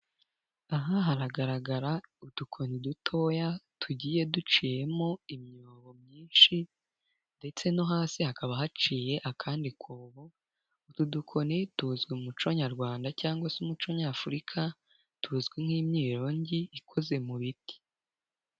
Aha haragaragara udukoni dutoya tugiye duciyemo imyobo myinshi ndetse no hasi hakaba haciye akandi kobo, utu dukoni tuzwi mu muco nyarwanda cyangwa se umuco nyafurika, tuzwi nk'imyirongi ikoze mu biti.